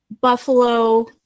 Buffalo